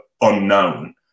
unknown